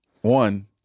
one